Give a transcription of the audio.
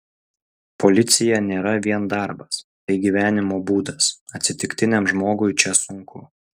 policija nėra vien darbas tai gyvenimo būdas atsitiktiniam žmogui čia sunku